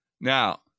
Now